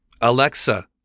Alexa